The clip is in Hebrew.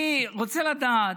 אני רוצה לדעת,